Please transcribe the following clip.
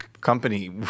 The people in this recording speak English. company